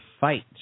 fight